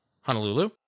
Honolulu